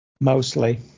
Mostly